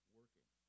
working